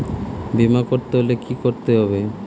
বিমা করতে হলে কি করতে হবে?